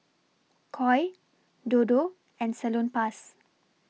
Koi Dodo and Salonpas